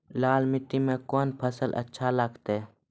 लाल मिट्टी मे कोंन फसल अच्छा लगते?